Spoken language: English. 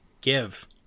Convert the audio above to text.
Give